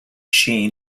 sheen